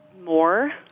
more